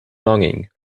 longing